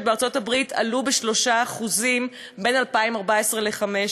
בארצות-הברית עלו ב-3% בין 2014 ל-2015.